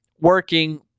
Working